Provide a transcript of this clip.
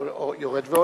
יורד ועולה.